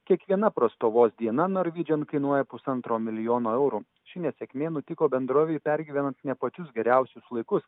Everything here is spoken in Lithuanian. kiekviena prastovos diena norvidžian kainuoja pusantro milijono eurų ši nesėkmė nutiko bendrovei pergyvenant ne pačius geriausius laikus